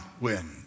wind